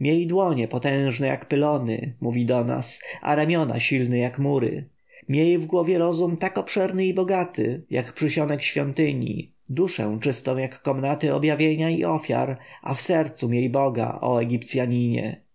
miej dłonie potężne jak pylony mówi do nas a ramiona silne jak mury miej w głowie rozum tak obszerny i bogaty jak przysionek świątyni duszę czystą jak komnaty objawienia i ofiar a w sercu miej boga